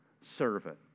servant